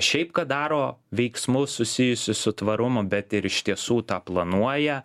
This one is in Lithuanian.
šiaip kad daro veiksmus susijusius su tvarumu bet ir iš tiesų tą planuoja